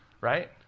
right